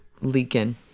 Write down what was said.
leaking